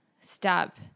stop